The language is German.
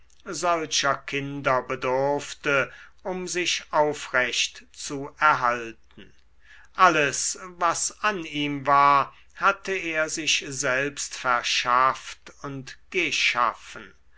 kinder bedurfte um sich aufrecht zu erhalten alles was an ihm war hatte er sich selbst verschafft und geschaffen